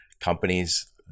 companies